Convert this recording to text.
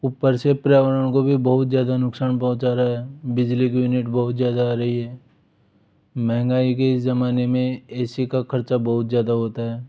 ऊपर से पर्यावरण को भी बहुत ज़्यादा नुकसान पहुँचा रहा है बिजली यूनिट बहुत ज़्यादा आ रही है मंहगाई के ज़माने में ए सी का खर्चा बहुत ज़्यादा होता है